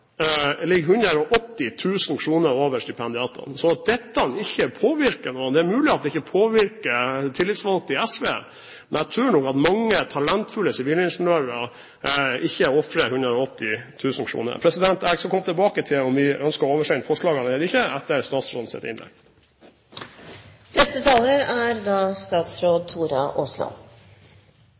ligger 180 000 kr over stipendiatenes. At dette ikke påvirker noen? Det er mulig det ikke påvirker tillitsvalgte i SV, men jeg tror nok at mange talentfulle sivilingeniører ikke ofrer 180 000 kr. Jeg skal komme tilbake til om vi ønsker å oversende forslagene eller ikke, etter statsrådens innlegg. Det er ikke